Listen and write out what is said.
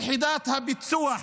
יחידת הפיצו"ח,